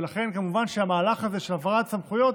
ולכן כמובן שהמהלך הזה של העברת סמכויות